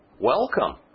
Welcome